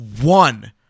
one